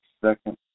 second